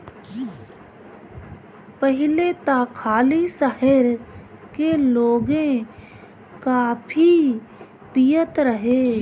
पहिले त खाली शहर के लोगे काफी पियत रहे